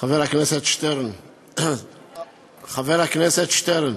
חבר הכנסת שטרן, חבר הכנסת שטרן,